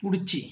पुढचे